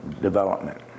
development